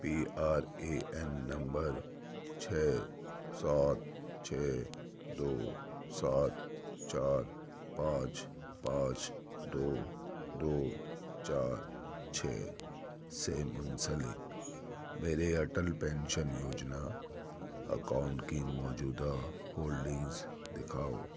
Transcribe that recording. P R A N نمبر چھ سات چھ دو سات چار پانچ پانچ دو دو چار چھ سے منسلک میرے اٹل پینشن یوجنا اکاؤنٹ کی موجودہ ہولڈنگس دکھاؤ